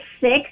six